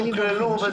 שוקללו.